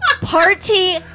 Party